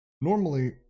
Normally